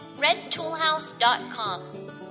RedToolhouse.com